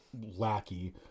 lackey